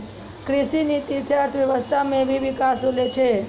कृषि नीति से अर्थव्यबस्था मे भी बिकास होलो छै